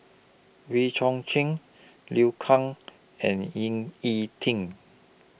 Wee Chong Jin Liu Kang and Ying E Ding